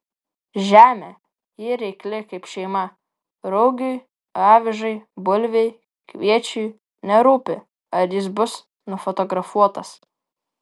žemė ji reikli kaip šeima rugiui avižai bulvei kviečiui nerūpi ar jis bus nufotografuotas